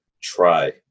Try